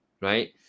right